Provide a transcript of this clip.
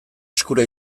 eskura